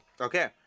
Okay